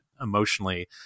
emotionally